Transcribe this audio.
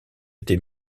été